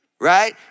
right